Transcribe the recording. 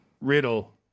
riddle